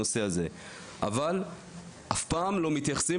אבל אף פעם לא מתייחסים